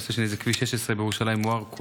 כל משרד ממשלתי, כפי שאנחנו יודעים,